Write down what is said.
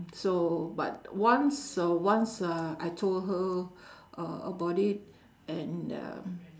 so but once uh once uh I told her uh about it and um